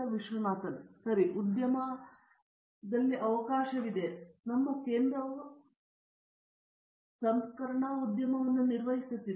ವಿಶ್ವನಾಥನ್ ಉದ್ಯಮದಲ್ಲಿ ಸರಿ ನಮ್ಮ ಕೇಂದ್ರವು ಸಂಸ್ಕರಣಾ ಉದ್ಯಮವನ್ನು ನಿರ್ವಹಿಸುತ್ತಿದೆ